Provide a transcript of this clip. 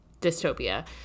Dystopia